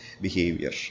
behavior